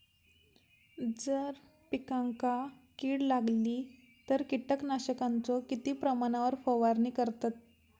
जर पिकांका कीड लागली तर कीटकनाशकाचो किती प्रमाणावर फवारणी करतत?